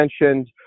mentioned